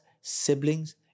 siblings